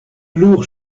lourds